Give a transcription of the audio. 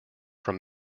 from